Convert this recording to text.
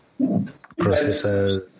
processors